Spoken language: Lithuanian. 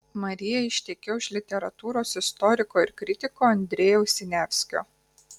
marija ištekėjo už literatūros istoriko ir kritiko andrejaus siniavskio